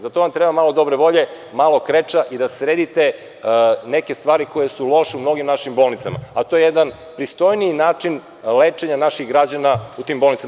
Za to vam treba malo dobre volje, malo kreča i da sredite neke stvari koje su loše u mnogim našim bolnicama, a to je jedan pristojniji način lečenja naših građana u tim bolnicama.